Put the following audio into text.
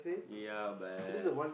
ya but